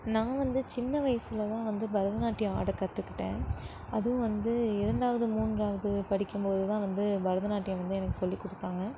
நான் வந்து சின்ன வயதில் தான் வந்து பரதநாட்டியம் ஆட கற்றுக்கிட்டேன் அதுவும் வந்து இரண்டாவது மூன்றாவது படிக்கும் போது தான் வந்து பரதநாட்டியம் வந்து எனக்கு சொல்லி கொடுத்தாங்க